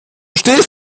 stehst